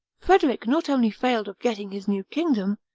frederic not only failed of getting his new kingdom,